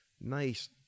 nice